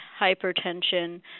hypertension